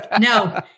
No